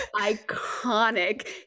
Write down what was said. iconic